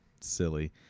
silly